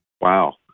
wow